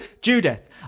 Judith